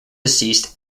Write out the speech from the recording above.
deceased